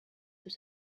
sous